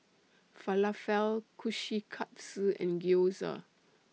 Falafel Kushikatsu and Gyoza